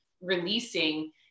releasing